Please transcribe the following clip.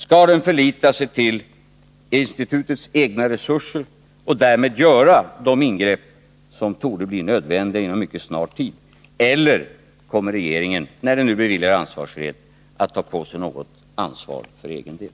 Skall den förlita sig på institutets egna resurser och därmed göra de ingrepp som torde bli nödvändiga mycket snart, eller kommer regeringen, när den nu beviljar ansvarsfrihet, att ta på sig något ansvar för egen del?